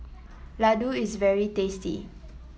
laddu is very tasty